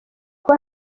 kuba